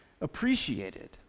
appreciated